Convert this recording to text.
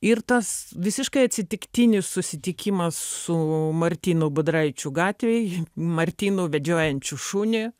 ir tas visiškai atsitiktinis susitikimas su martynu budraičiu gatvėj martynu vedžiojančiu šunį